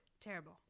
Terrible